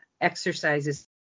exercises